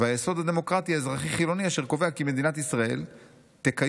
והיסוד הדמוקרטי האזרחי-חילוני אשר קובע כי מדינת ישראל 'תקיים